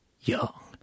Young